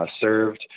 served